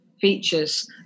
features